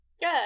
Good